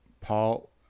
Paul